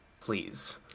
please